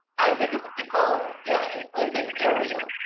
i think it's called yeah. and open area.